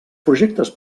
projectes